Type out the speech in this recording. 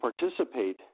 participate